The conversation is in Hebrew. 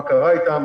מה קרה איתם,